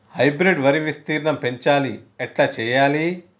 Hybrid వరి విస్తీర్ణం పెంచాలి ఎట్ల చెయ్యాలి?